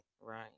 right